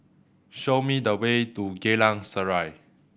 show me the way to Geylang Serai